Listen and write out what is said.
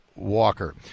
walker